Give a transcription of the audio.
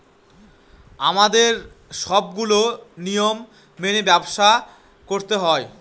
আমাদের সবগুলো নিয়ম মেনে ব্যবসা করতে হয়